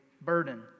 burden